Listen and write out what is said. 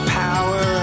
power